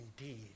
indeed